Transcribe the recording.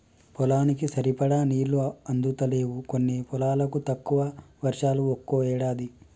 పొలానికి సరిపడా నీళ్లు అందుతలేవు కొన్ని పొలాలకు, తక్కువ వర్షాలు ఒక్కో ఏడాది